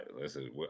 listen